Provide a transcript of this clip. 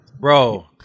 bro